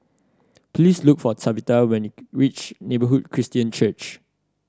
please look for Tabitha when you reach Neighbourhood Christian Church